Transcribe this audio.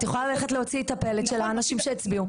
את יכולה ללכת להוציא את הפלט של האנשים שהצביעו.